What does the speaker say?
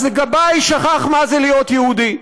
אז גבאי שכח מה זה להיות יהודי,